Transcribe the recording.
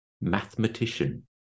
Mathematician